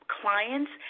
clients